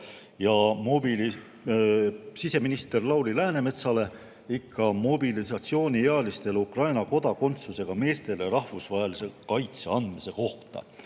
siseminister Lauri Läänemetsale mobilisatsiooniealistele Ukraina kodakondsusega meestele rahvusvahelise kaitse andmise kohta.